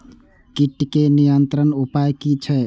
कीटके नियंत्रण उपाय कि छै?